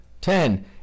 Ten